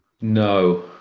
No